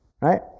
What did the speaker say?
Right